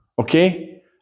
Okay